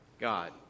God